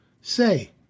Say